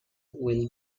will